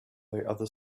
other